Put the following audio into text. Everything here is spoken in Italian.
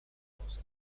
riposa